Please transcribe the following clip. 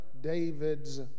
David's